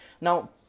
Now